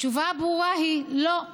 התשובה הברורה היא: לא.